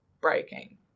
breaking